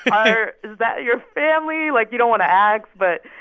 are is that your family? like, you don't want to ask. but,